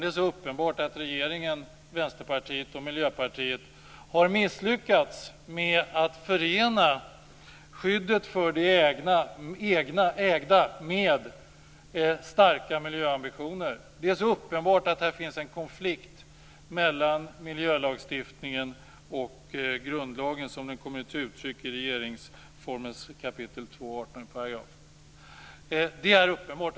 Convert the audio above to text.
Det är uppenbart att regeringen, Vänsterpartiet och Miljöpartiet har misslyckats med att förena skyddet för det ägda med starka miljöambitioner. Det är alltså uppenbart att här finns en konflikt mellan miljölagstiftningen och grundlagen som den kommer till uttryck i 2 kap. 18 § regeringsformen.